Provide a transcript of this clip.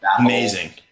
Amazing